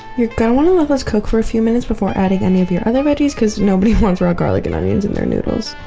you're gonna wanna let this cook for a few minutes before adding any of your other veggies cause nobody wants raw garlic and onions in their noodles.